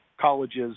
colleges